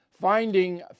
Finding